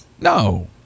No